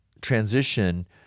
transition